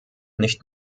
nicht